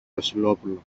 βασιλόπουλο